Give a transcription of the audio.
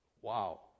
Wow